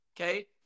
okay